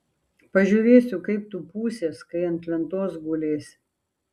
pažiūrėsiu kaip tu pūsies kai ant lentos gulėsi